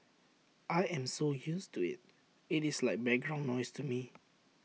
I am so used to IT it is like background noise to me